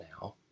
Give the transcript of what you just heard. now